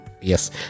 Yes